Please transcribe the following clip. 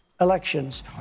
elections